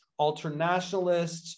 alternationalists